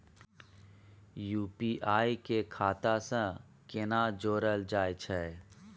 UPI के खाता सं केना जोरल जाए छै?